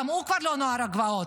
גם הוא כבר לא נוער הגבעות.